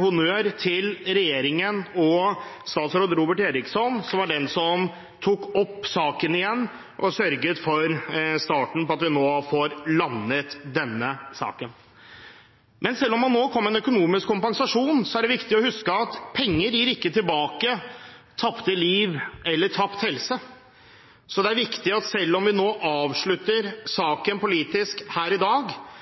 honnør til regjeringen og statsråd Robert Eriksson, som var den som tok opp saken igjen, og sørget for starten på at vi nå får landet denne saken. Men selv om man nå kommer med en økonomisk kompensasjon, er det viktig å huske at penger ikke gir tilbake tapte liv eller tapt helse, så det er viktig at selv om vi nå avslutter saken politisk her i dag,